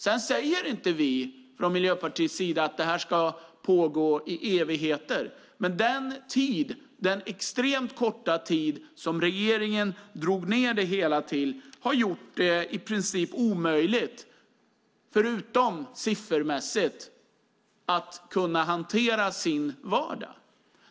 Sedan säger vi inte från Miljöpartiets sida att detta ska pågå i evigheter, men den extremt korta tid som regeringen drog ned det hela till har gjort det i princip omöjligt - förutom siffermässigt - att hantera vardagen.